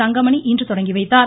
தங்கமணி இன்று தொடங்கிவைத்தார்